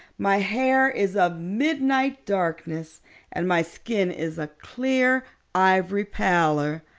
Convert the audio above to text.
my hair is of midnight darkness and my skin is a clear ivory pallor.